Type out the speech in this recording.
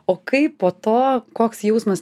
o kaip po to koks jausmas